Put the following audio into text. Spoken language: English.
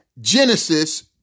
Genesis